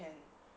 can